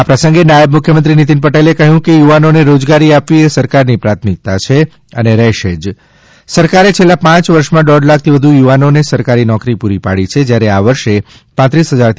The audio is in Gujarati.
આ પ્રસંગે નાયબ મુખ્યમંત્રી નિતિન પટેલે કહ્યું કે યુવાનોને રોજગારી આપવી એ સરકારની પ્રાથમિકતા છે અને રહેશે જે સરકારે છેલ્લા પાંચ વર્ષમાં દોઢ લાખથી વધુ યુવાનોને સરકારી નોકરી પુરી પાડી છે જ્યારે આ વર્ષે પાંત્રીસ હજારથી વધુ નોકરીની તકો ઉપલબ્ધ થશે